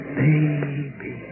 baby